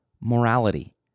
morality